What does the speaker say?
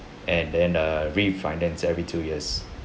and then err refinance every two years